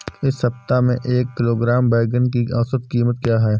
इस सप्ताह में एक किलोग्राम बैंगन की औसत क़ीमत क्या है?